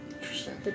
Interesting